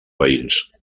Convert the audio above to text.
veïns